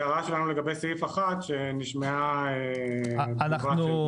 ההערה שלנו בסעיף הזה שנשמעה איזו --- אז אנחנו,